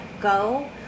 go